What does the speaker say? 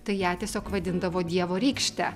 tai ją tiesiog vadindavo dievo rykšte